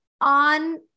on